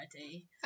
already